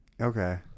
okay